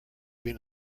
been